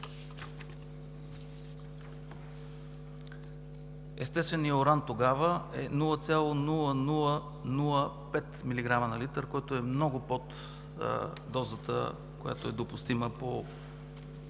Естественият уран тогава е 0,0005 милиграма на литър, което е много под дозата, която е допустима по